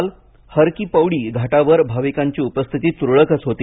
काल हर की पौडी घाटावर भाविकांची उपस्थिती तुरळकच होती